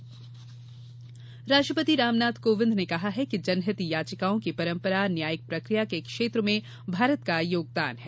राष्ट्रपति राष्ट्रपति रामनाथ कोविंद ने कहा है कि जनहित याचिकाओं की परंपरा न्यायिक प्रक्रिया के क्षेत्र में भारत का योगदान है